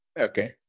Okay